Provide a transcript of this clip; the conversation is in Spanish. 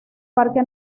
parque